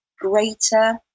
greater